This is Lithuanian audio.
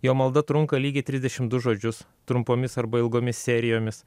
jo malda trunka lygiai trisdešim du žodžius trumpomis arba ilgomis serijomis